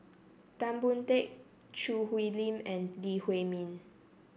Tan Boon Teik Choo Hwee Lim and Lee Huei Min